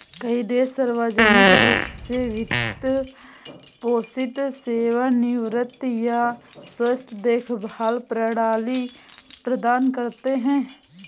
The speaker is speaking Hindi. कई देश सार्वजनिक रूप से वित्त पोषित सेवानिवृत्ति या स्वास्थ्य देखभाल प्रणाली प्रदान करते है